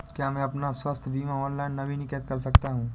क्या मैं अपना स्वास्थ्य बीमा ऑनलाइन नवीनीकृत कर सकता हूँ?